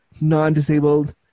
non-disabled